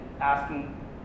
asking